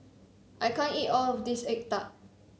I can't eat all of this egg tart